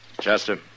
Chester